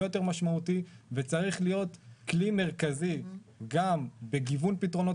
יותר משמעותי וצריך להיות כלי מרכזי גם בגיוון פתרונות